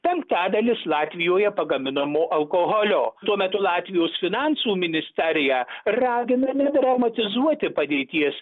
penktadalis latvijoje pagaminamo alkoholio tuo metu latvijos finansų ministerija ragina nedramatizuoti padėties